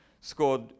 scored